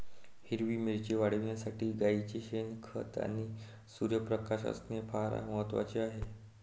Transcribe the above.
हिरवी मिरची वाढविण्यासाठी गाईचे शेण, खत आणि सूर्यप्रकाश असणे फार महत्वाचे आहे